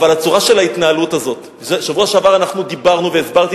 אבל הצורה של ההתנהלות הזאת: בשבוע שעבר דיברנו והסברתי